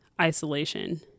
isolation